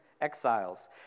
Exiles